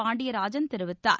பாண்டியராஜன் தெரிவித்தார்